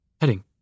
Heading